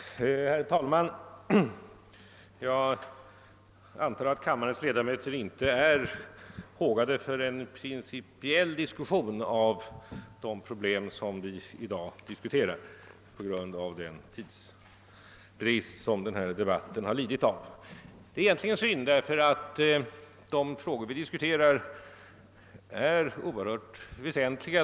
Herr talman! Jag antar att kammarens ledamöter med tanke på den tidsbrist vi befinner oss i inte är hågade för någon principdiskussion av de problem vi nu behandlar. Det är egentligen synd ty dessa frågor är onekligen väsentliga.